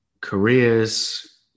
careers